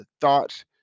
thoughts